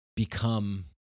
Become